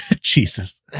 Jesus